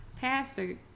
Pastor